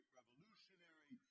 Revolutionary